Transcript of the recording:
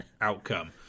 outcome